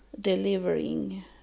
delivering